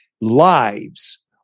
lives